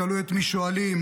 תלוי את מי שואלים,